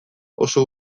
oso